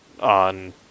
on